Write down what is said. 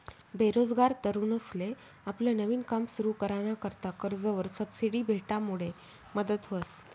बेरोजगार तरुनसले आपलं नवीन काम सुरु कराना करता कर्जवर सबसिडी भेटामुडे मदत व्हस